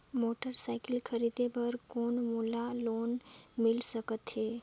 Motorcycle खरीदे बर कौन मोला लोन मिल सकथे?